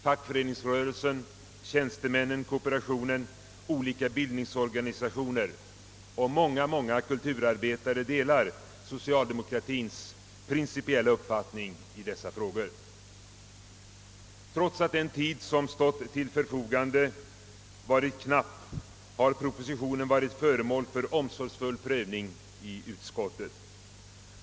Fackföreningsrörelsen, tjänstemännen, kooperationen, olika bildningsorganisationer, och många, många kulturarbetare delar socialdemokratiens principiella uppfattning i dessa frågor. Trots att den tid som stått till förfogande varit knapp har propositionen varit föremål för omsorgsfull prövning i utskottet.